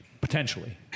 potentially